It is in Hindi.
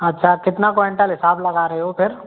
अच्छा कितना क्वैन्टल हिसाब लगा रहे हो फिर